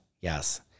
Yes